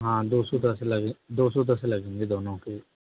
हाँ दौ सौ दस दौ सौ दस लगेंगे दोनों के